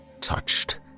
touched